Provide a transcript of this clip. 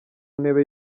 ntebe